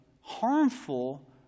harmful